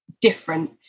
different